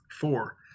four